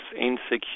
insecure